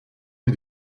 lui